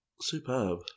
Superb